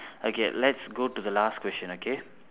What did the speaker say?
okay let's go to the last question okay